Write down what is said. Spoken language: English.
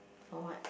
for what